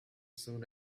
soon